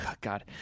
God